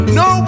no